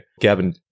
Gavin